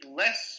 less